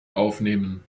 aufnehmen